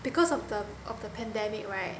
because of the of the pandemic right